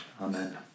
amen